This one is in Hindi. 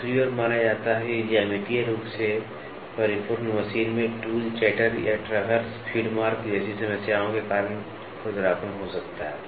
दूसरी ओर माना जाता है कि ज्यामितीय रूप से परिपूर्ण मशीन में टूल चटर या ट्रैवर्स फीड मार्क जैसी समस्याओं के कारण खुरदरापन हो सकता है